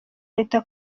leta